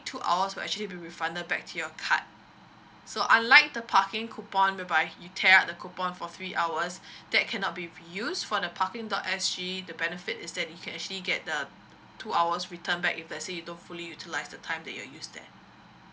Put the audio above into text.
two hours will actually be refunded back to your card so unlike the parking coupon whereby you tear out the coupon for three hours that cannot be reuse for the parking dot s g the benefit is that you can actually get the two hours return back if let's say you don't fully utilize the time that you stated there